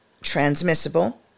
transmissible